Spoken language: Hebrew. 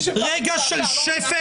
רגע של שפל.